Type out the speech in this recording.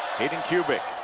hayden kubik